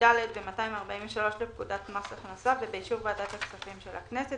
135ד ו-243 לפקודת מס הכנסה ובאישור ועדת הכספים של הכנסת,